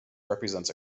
represents